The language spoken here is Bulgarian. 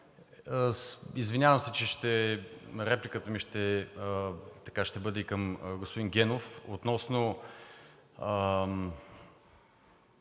Извинявам се, че репликата ми ще бъде и към господин Генов относно